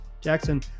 Jackson